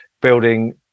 building